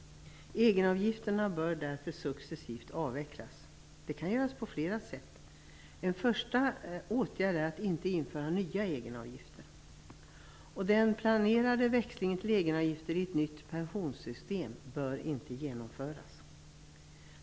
Egenavgifterna bör därför successivt avvecklas. Det kan göras på flera sätt. En första åtgärd är att inte införa nya egenavgifter. Den planerade växlingen till egenavgifter i ett nytt pensionssystem bör inte genomföras.